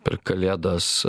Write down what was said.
per kalėdas